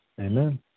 Amen